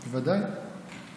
בוודאי.